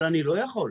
אבל אני לא יכול.